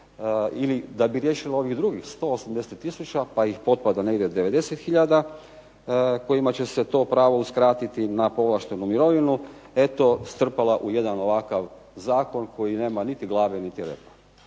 ili da bi riješili ovih drugih 180 tisuća pa ih potpada nekih 90 hiljada kojima će se to pravo uskratiti na povlaštenu mirovinu eto strpala u jedan ovakav zakon koji nema niti glave niti repa.